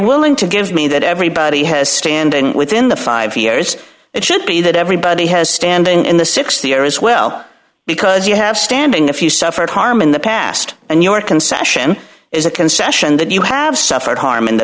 willing to give me that everybody has standing within the five years it should be that everybody has standing in the six the air as well because you have standing a few suffered harm in the past and your concession is a concession that you have suffered harm in the